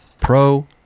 Pro